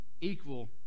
equal